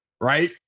right